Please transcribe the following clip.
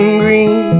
green